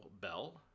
bell